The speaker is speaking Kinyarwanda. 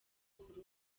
kuri